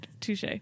touche